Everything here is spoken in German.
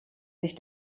sich